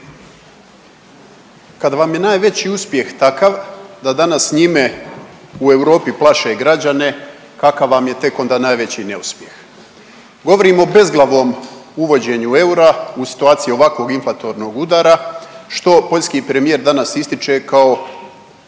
Kad vam je najveći uspjeh takav da danas s njime u Europi plaše građane, kakav vam je tek onda najveći neuspjeh? Govorim o bezglavom uvođenju eura u situaciji ovakvog inflatornog udara što poljski premijer danas ističe kao